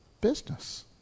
business